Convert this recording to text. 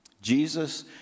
Jesus